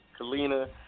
Kalina